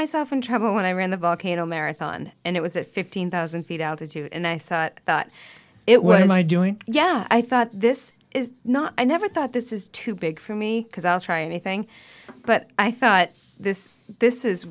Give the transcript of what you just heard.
myself in trouble when i ran the volcano marathon and it was at fifteen thousand feet altitude and i thought thought it was my doing yeah i thought this is not i never thought this is too big for me because i'll try anything but i thought this this is